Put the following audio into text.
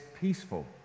peaceful